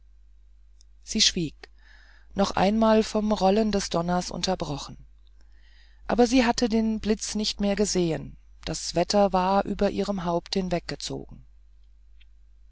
sie schwieg noch einmal vom rollen des donners unterbrochen aber sie hatte den blitz nicht mehr gesehen das wetter war über ihrem haupt hinweggezogen